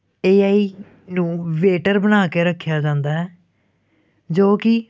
ਏ I ਨੂੰ waiter ਬਣਾ ਕੇ ਰੱਖਿਆ ਜਾਂਦਾ ਹੈ ਜੋ ਕਿ